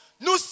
nous